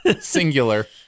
singular